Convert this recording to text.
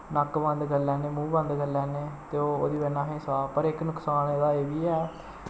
नक्क बंद करी लैन्ने मूंह् बंद करी लैन्ने ते ओह् ओह्दी बजह् कन्नै असेंगी साह् पर इक नकसान एह्दा एह् बी ऐ